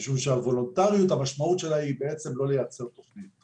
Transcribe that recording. משום שהמשמעות של הוולונטריות היא בעצם לא לייצר תוכנית,